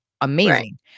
amazing